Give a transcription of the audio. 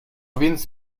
więc